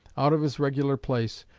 out of his regular place,